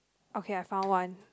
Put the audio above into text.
okay I found one